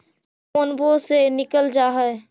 फोनवो से निकल जा है?